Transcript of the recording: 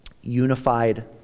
Unified